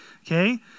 okay